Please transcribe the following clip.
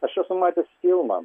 aš esu matęs filmą